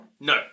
no